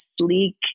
sleek